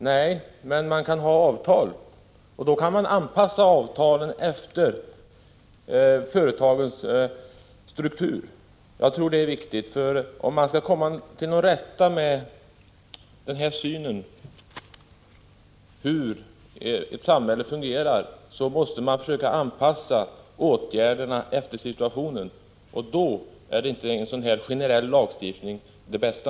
Nej, men man kan ha avtal, och avtalen kan anpassas efter företagens struktur. Jag tror det är riktigt. Vi måste komma till rätta med den synen på hur ett samhälle fungerar och försöka anpassa åtgärderna efter situationen. Då är inte en generell lagstiftning det bästa.